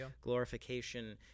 glorification